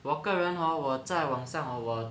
我个人 hor 我在网上 hor 我